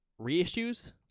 reissues